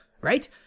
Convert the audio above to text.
right